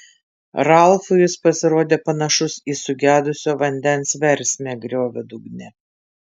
ralfui jis pasirodė panašus į sugedusio vandens versmę griovio dugne